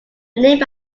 name